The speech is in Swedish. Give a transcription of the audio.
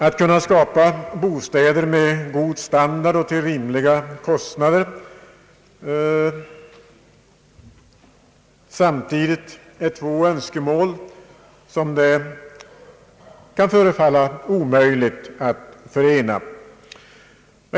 Att kunna skapa bostäder med god standard och till rimliga kostnader är två önskemål som kan förefalla omöjliga att förena.